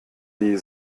die